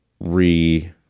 re